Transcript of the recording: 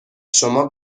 شما